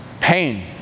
Pain